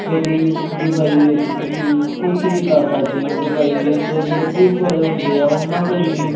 ਕਿਉਂਕਿ ਦੁਬਈ ਵਿੱਚ ਤੁਸੀਂ ਕੁਛ ਵੀ ਕਰ ਸਕਦੇ ਹੋ ਦੁਬਈ ਵਿੱਚ ਜਿਹੜੇ ਪੁਲਿਸ ਵਾਲੇ ਹੁੰਦੇ ਆ ਉਹਨਾਂ ਕੋਲ ਵੀ